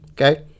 okay